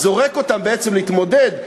זורק אותם בעצם להתמודד.